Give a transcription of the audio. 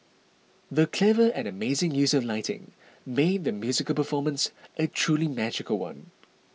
the clever and amazing use of lighting made the musical performance a truly magical one